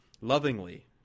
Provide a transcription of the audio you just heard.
lovingly